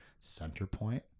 Centerpoint